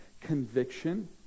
conviction